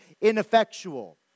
ineffectual